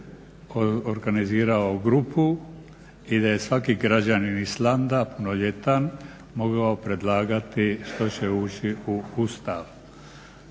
Hvala vam